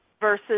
versus